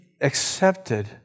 accepted